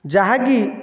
ଯାହାକି